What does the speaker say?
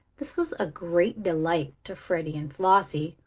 this was a great delight to freddie and flossie,